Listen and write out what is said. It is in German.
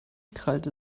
krallte